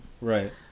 Right